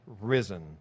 risen